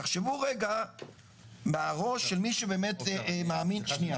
תחשבו רגע מהראש של מי שבאמת מאמין --- עופר,